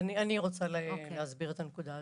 אני רוצה להסביר את הנקודה הזאת: